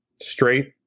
straight